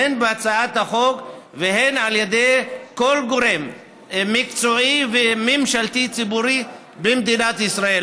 הן בהצעת החוק והן על ידי כל גורם מקצועי וממשלתי ציבורי במדינת ישראל.